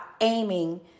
aiming